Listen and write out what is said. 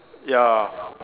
ya